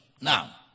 Now